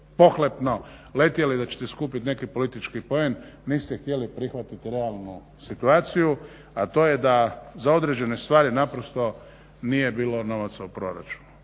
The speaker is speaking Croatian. pohlepno letjeli da ćete skupit neki politički poen, niste htjeli prihvatiti realnu situaciju, a to je da za određene stvari naprosto nije bilo novaca u proračunu.